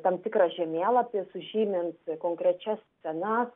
tam tikrą žemėlapį sužymint konkrečias scenas